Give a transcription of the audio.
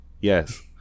Yes